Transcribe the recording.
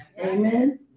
Amen